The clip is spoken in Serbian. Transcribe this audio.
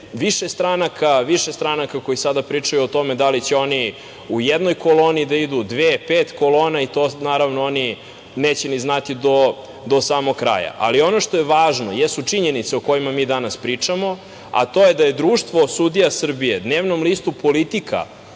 više stranaka koje sada pričaju o tome da li će oni u jednoj koloni da idu, dve, pet, kolona i to oni neće ni znati do samog kraja. Ono što je važno jesu činjenice o kojima mi danas pričamo, a to je da je Društvo sudija Srbije dnevnom listu „Politika“